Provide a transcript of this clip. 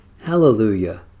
Hallelujah